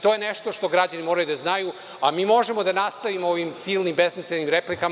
To je nešto što građani moraju da znaju, a mi možemo da nastavimo sa ovim silnim, besmislenim replikama.